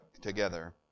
together